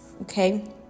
okay